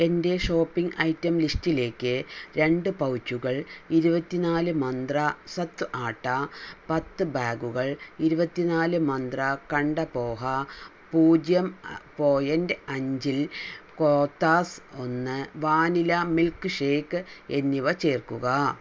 എന്റെ shopping item ലിസ്റ്റിലേക്ക് രണ്ട് പൗച്ചുകൾ ഇരുപത്തിനാല് മന്ത്ര സത്ത് ആട്ട പത്ത് ബാഗുകൾ ഇരുപത്തിനാല് മന്ത്ര കണ്ട പോഹ പൂജ്യം പോയൻറ്റ് അഞ്ചിൽ കോത്താസ് ഒന്ന് വാനില മിൽക്ക് ഷേക്ക് എന്നിവ ചേർക്കുക